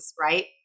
right